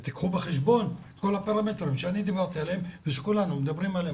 ואז תקחו בחשבון את כל הפרמטרים שאני וכולם מדברים עליהם.